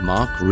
Mark